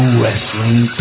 wrestling